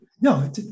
No